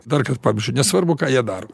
dar kart pabrėžiu nesvarbu ką jie daro